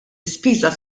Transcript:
ispiża